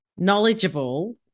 Knowledgeable